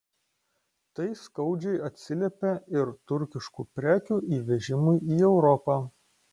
tai skaudžiai atsiliepia ir turkiškų prekių įvežimui į europą